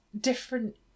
different